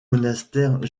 monastère